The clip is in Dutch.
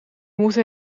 moeten